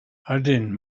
ydyn